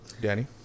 Danny